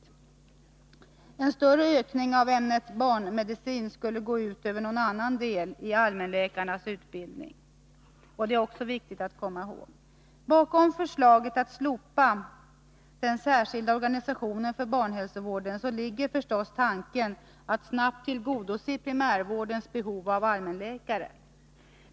Det är också viktigt att komma ihåg att en större ökning av utbildningen i ämnet barnmedicin skulle gå ut över någon annan del av allmänläkarnas utbildning. Bakom förslaget att slopa den särskilda organisationen för barnhälsovården ligger givetvis tanken att man snabbt skall kunna tillgodose primärvårdens behov av allmänläkare.